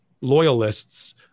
loyalists